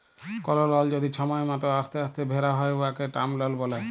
call লল যদি ছময় মত অস্তে অস্তে ভ্যরা হ্যয় উয়াকে টার্ম লল ব্যলে